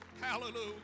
Hallelujah